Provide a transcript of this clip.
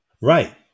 Right